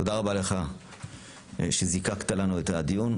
תודה רבה לך שזיקקת לנו את הדיון.